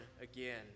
again